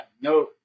no